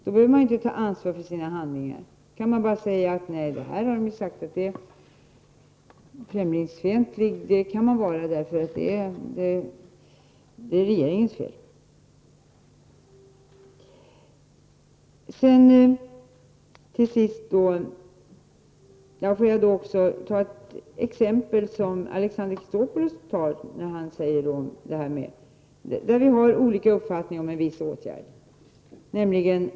Då behöver man inte ta ansvar för sina handlingar, som jag sade förut, utan man kan bara säga att främlingsfientligheten är regeringens fel. Till sist vill jag ta upp Alexander Chrisopoulos exempel i fråga om att vi kan ha olika uppfattningar om en viss åtgärd.